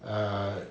uh